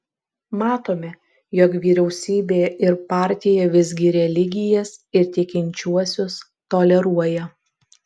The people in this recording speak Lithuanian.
matome jog vyriausybė ir partija visgi religijas ir tikinčiuosius toleruoja